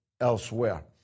elsewhere